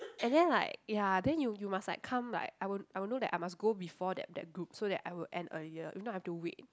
and then like ya then you you must like come like I will I will know that I must go before that that group so that I will end earlier if not I have to wait